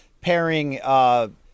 pairing –